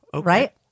Right